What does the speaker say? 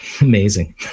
amazing